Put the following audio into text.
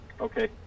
Okay